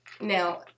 Now